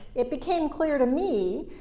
it became clear to me,